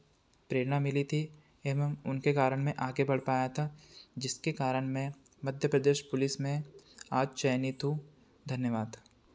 प्रेरणा मिली थी एवं उनके कारण मैं आगे बढ़ पाया था जिसके कारण मैं मध्यप्रदेश पुलिस में आज चयनित हूँ धन्यवाद